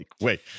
wait